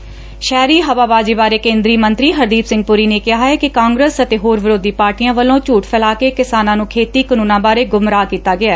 ਸ਼ਹਿਰੀ ਹਵਾਬਾਜੀ ਬਾਰੇ ਕੇਦਰੀ ਮੰਤਰੀ ਹਰਦੀਪ ਸਿੰਘ ਪੁਰੀ ਨੇ ਕਿਹਾ ਏ ਕਿ ਕਾਂਗਰਸ ਅਤੇ ਹੋਰ ਵਿਰੋਧੀ ਪਾਰਟੀਆਂ ਵਲੋ ਝੂਠ ਫੈਲਾ ਕੇ ਕਿਸਾਨਾਂ ਨੂੰ ਖੇਡੀ ਕਾਨੂੰਨਾਂ ਬਾਰੇ ਗੁਮਰਾਹ ਕੀਤਾ ਗਿਐ